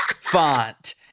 font